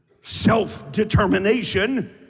self-determination